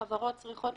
החברות צריכות